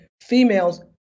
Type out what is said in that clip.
females